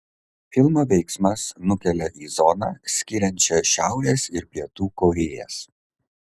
filmo veiksmas nukelia į zoną skiriančią šiaurės ir pietų korėjas